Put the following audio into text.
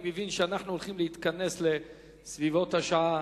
אני מבין שאנחנו הולכים להתכנס בסביבות השעה